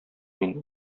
мин